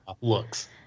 looks